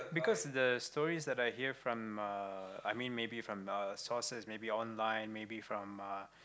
because the stories that I hear from uh I mean maybe from uh sources maybe online maybe from uh